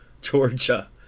Georgia